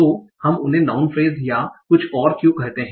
तो हम उन्हें नाउँन फ्रेस या कुछ और क्यों कहते हैं